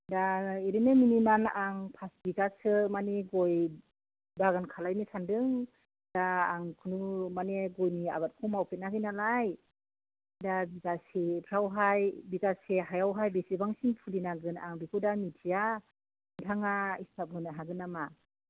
दा ओरैनो मिनिमाम आं पास बिगासो माने गय बागान खालामनो सानदों दा आं कुनु माने गयनि आबादखौ मावफेराखै नालाय दा बिगासेफोरावहाय बिगासे हायावहाय बेसेबांसिम फुलि नांगोन आं बेखौ दा मिथिया नोंथाङा हिसाब होनो हागोन नामा